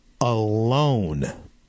alone